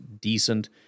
decent